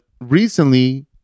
recently